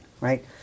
right